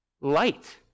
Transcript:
light